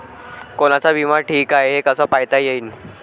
कोनचा बिमा ठीक हाय, हे कस पायता येईन?